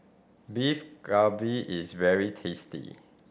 Beef Galbi is very tasty